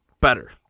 better